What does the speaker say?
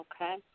okay